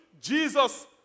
Jesus